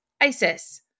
ISIS